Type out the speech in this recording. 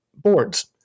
boards